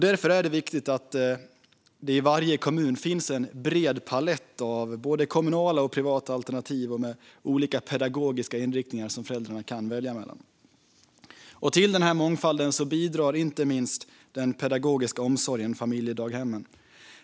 Därför är det viktigt att det i varje kommun ska finnas en bred palett med både kommunala och privata alternativ med olika pedagogiska inriktningar som föräldrarna kan välja mellan. Till den här mångfalden bidrar inte minst den pedagogiska omsorgen, familjedaghemmen.